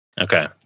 Okay